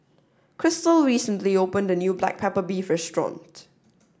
Crystal recently opened the new black pepper beef restaurant